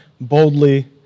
boldly